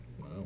Wow